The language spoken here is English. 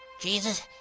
Jesus